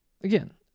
again